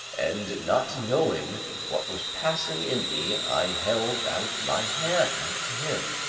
and not knowing what was passing in me, i held out my hand to him.